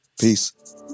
Peace